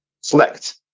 select